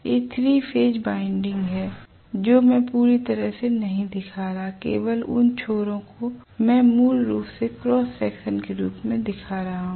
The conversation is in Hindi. ये 3 फेज बाइंडिंग हैं जो मैं पूरी तरह से नहीं दिखा रहा हूं केवल उन छोरों को मैं मूल रूप से क्रॉस सेक्शन के रूप में दिखा रहा हूं